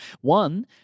One